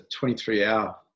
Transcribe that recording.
23-hour